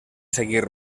seguir